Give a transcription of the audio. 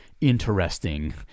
interesting